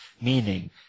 meaning